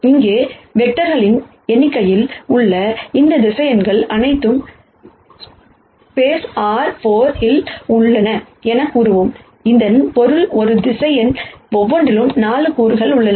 இங்கே வெக்டார்களின் எண்ணிக்கையில் உள்ளன இந்த வெக்டர்ஸ் அனைத்தும் ஸ்பேஸ் R 4 இல் உள்ளன என்று கூறுவோம் இதன் பொருள் இந்த வெக்டர்ஸ் ஒவ்வொன்றிலும் 4 கூறுகள் உள்ளன